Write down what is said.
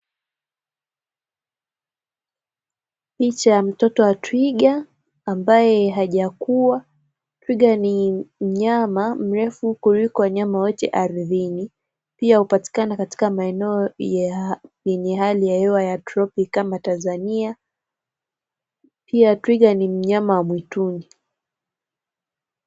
Picha ya mtoto wa twiga ambaye hajakua. Twiga ni mnyama mrefu kuliko wanyama wote ardhini pia hupatikana katika eneo yenye hali ya hewa ya tropiki kama Tanzania pia twiga ni mnyama wa mwituni.